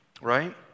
right